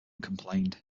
complained